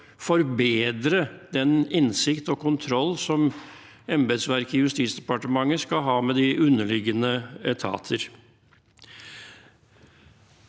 forbedre den innsikt og kontroll som embetsverket og Justisdepartementet skal ha med de underliggende etater.